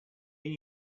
mean